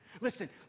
Listen